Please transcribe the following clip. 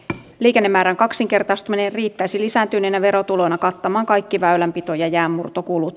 liikennemäärän kaksinkertaistuminen riittäisi lisääntyneenä verotulona kattamaan kaikki väylänpito ja jäänmurtokulut